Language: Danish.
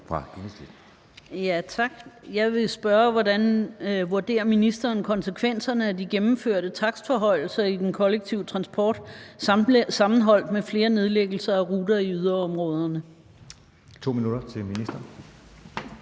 Gottlieb (EL): Tak. Hvordan vurderer ministeren konsekvenserne af de gennemførte takstforhøjelser i den kollektive transport sammenholdt med flere nedlæggelser af ruter i yderområderne? Kl. 16:16 Anden